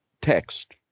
text